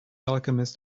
alchemist